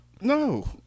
No